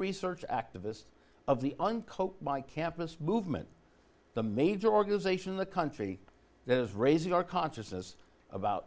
research activist of the unco my campus movement the major organization in the country that is raising our consciousness about